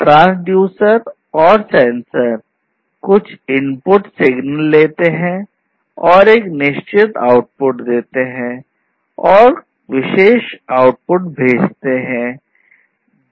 transducer तब output देता है